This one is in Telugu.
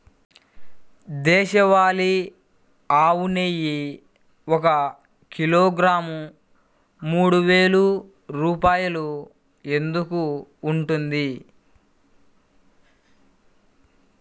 దేశవాళీ ఆవు నెయ్యి ఒక కిలోగ్రాము మూడు వేలు రూపాయలు ఎందుకు ఉంటుంది?